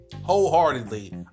wholeheartedly